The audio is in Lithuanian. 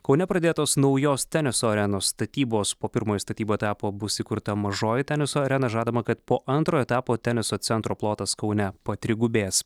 kaune pradėtos naujos teniso arenos statybos po pirmojo statybų etapo bus įkurta mažoji teniso arena žadama kad po antrojo etapo teniso centro plotas kaune patrigubės